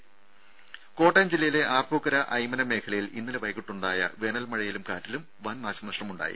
രും കോട്ടയം ജില്ലയിലെ ആർപ്പൂക്കര അയ്മനം മേഖലയിൽ ഇന്നലെ വൈകിട്ടുണ്ടായ വേനൽ മഴയിലും കാറ്റിലും വൻ നാശനഷ്ടമുണ്ടായി